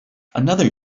another